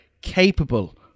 capable